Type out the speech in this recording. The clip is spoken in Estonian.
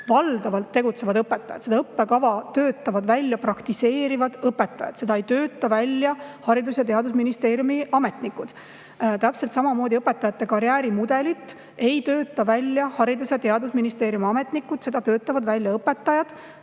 valdavalt õpetajad. Seda õppekava töötavad välja praktiseerivad õpetajad, seda ei tööta välja Haridus- ja Teadusministeeriumi ametnikud. Täpselt samamoodi ei tööta õpetajate karjäärimudelit välja Haridus- ja Teadusministeeriumi ametnikud, vaid seda töötavad välja õpetajad